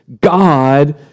God